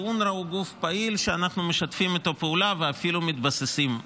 שאונר"א הוא גוף פעיל שאנחנו משתפים איתו פעולה ואפילו מתבססים עליו.